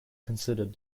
considered